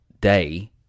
day